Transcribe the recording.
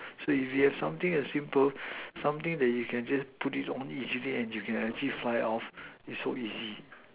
so if you have something as simple something that you can just put it on easily and you can actually fly off is so easy